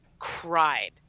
cried